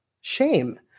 shame